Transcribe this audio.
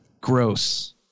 gross